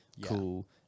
cool